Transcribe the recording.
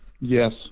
Yes